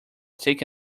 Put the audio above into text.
take